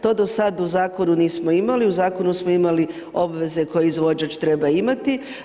To do sad u zakonu nismo imali, u zakonu smo imali obveze koje izvođač treba imati.